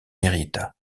hérita